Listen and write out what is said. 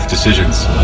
Decisions